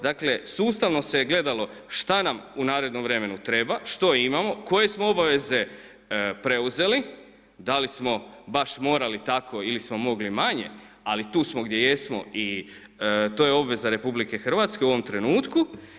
Dakle, sustavno se gledalo što nam u narednom vremenu treba, što imamo, koje smo obaveze preuzeli, da li smo baš morali tako ili smo mogli manje, ali tu smo gdje jesmo i to je obveza Republike Hrvatske u ovom trenutku.